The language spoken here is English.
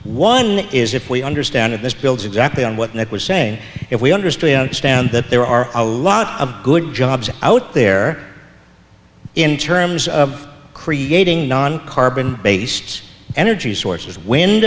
one is if we understand that this builds exactly on what it was saying if we understood in a stand that there are a lot of good jobs out there in terms of creating non carbon based energy sources wind